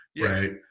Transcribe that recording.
right